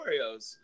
Oreos